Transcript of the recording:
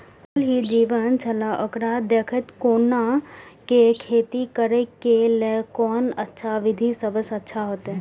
ज़ल ही जीवन छलाह ओकरा देखैत कोना के खेती करे के लेल कोन अच्छा विधि सबसँ अच्छा होयत?